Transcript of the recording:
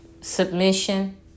submission